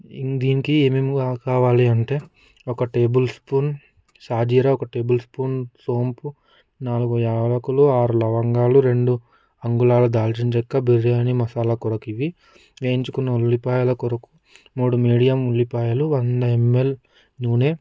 దీనికి ఏమేం కావాలి అంటే ఒక టేబుల్ స్పూన్ షాజీరా ఒక టేబుల్ స్పూన్ సోంపు యాలకులు ఆరు లవంగాలు రెండు అంగుళాలు దాల్చిన చెక్కన బిర్యాని మసాలా కొరకు ఇవి వేయించుకున్న ఉల్లిపాయలు కొరకు మూడు మీడియం ఉల్లిపాయలు వంద ఎంఎల్ నూనె